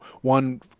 one